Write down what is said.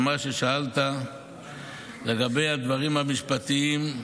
על מה ששאלת לגבי הדברים המשפטיים,